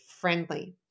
friendly